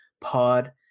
pod